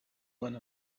one